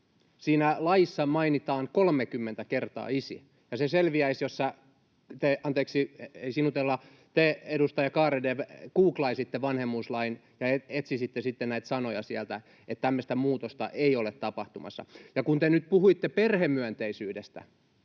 siinä laissa mainitaan 30 kertaa ”isä”. Se selviäisi, jos sinä — anteeksi, ei sinutella — te, edustaja Garedew, googlaisitte vanhemmuuslain ja etsisitte sitten näitä sanoja sieltä, että tämmöistä muutosta ei ole tapahtumassa. Ja kun te nyt puhuitte perhemyönteisyydestä,